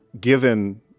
given –